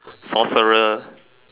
sorcerer